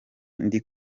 ndi